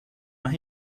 más